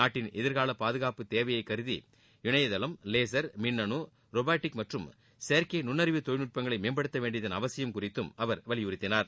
நாட்டின் எதிர்கால பாதுகாப்பு தேவையைக் கருதி இணையதளம் லேசர் மின்னனு ரோபோடிக் மற்றும் செயற்கை நுண்ணறிவு தொழில்நுட்பங்களை மேம்படுத்த வேண்டியதன் அவசியம் குறித்தும் அவர் வலியுறுத்தினார்